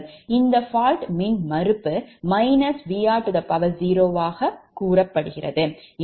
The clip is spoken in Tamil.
இந்த fault மின்மறுப்பு Vr0ஆக கூறுகிறோம்